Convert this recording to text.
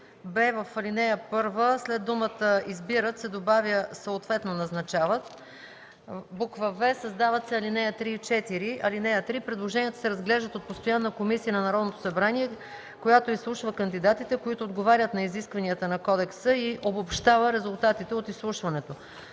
б) в ал. 1 след думата „избират” се добавя „съответно назначават”; в) създават ал. 3 и 4: „(3) Предложенията се разглеждат от постоянна комисия на Народното събрание, която изслушва кандидатите, които отговарят на изискванията на кодекса, и обобщава резултатите от изслушването.